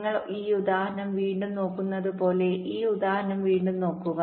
നിങ്ങൾ ഈ ഉദാഹരണം വീണ്ടും നോക്കുന്നത് പോലെ ഈ ഉദാഹരണം വീണ്ടും നോക്കുക